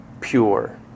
pure